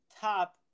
top